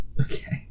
Okay